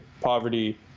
poverty